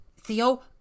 theo